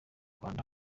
rwanda